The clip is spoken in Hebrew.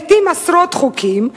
לעתים עשרות חוקים,